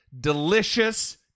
delicious